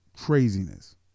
Craziness